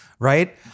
Right